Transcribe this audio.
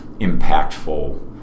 impactful